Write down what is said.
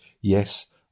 yes